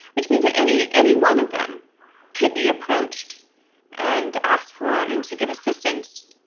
which means that. any any one of them could be approached and asked for him to give assistance.